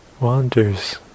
wanders